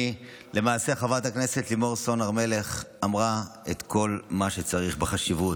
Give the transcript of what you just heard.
למעשה חברת הכנסת לימור סון הר מלך אמרה את כל מה שצריך לגבי החשיבות.